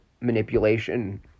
manipulation